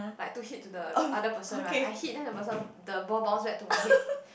like to hit to the other person right I hit then the person the ball bounce back to my head